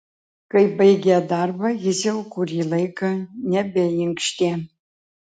kai baigė darbą jis jau kurį laiką nebeinkštė